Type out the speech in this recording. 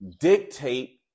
dictate